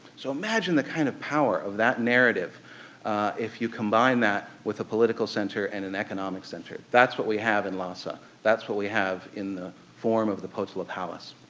so imagine the kind of power of that narrative if you combine that with a political center and an economic center. that's what we have in lhasa. that's what we have in the form of the potala palace.